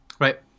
Right